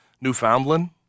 Newfoundland